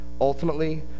ultimately